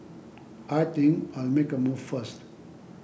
I think I'll make a move first